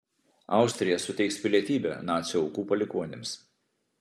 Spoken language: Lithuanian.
austrija suteiks pilietybę nacių aukų palikuonims